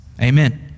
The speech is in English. Amen